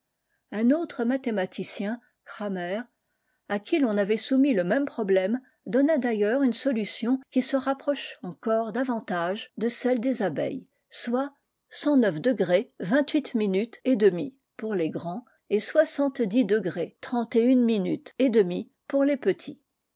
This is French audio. un autre mathématicien cramer qui ton avait soumis le même problème donna d aillears une solution qui se rapproche encore davantage de celle des abeilles soit de vingt-huit et demie pour les grands et degrés et demie pour les petits